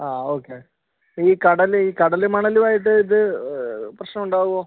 ആ ഓക്കെ ഈ കടൽ ഈ കടൽ മണൽ ആയിട്ട് ഇത് പ്രശ്നമുണ്ടാവോ